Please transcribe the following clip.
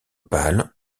pâle